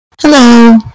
Hello